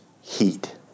heat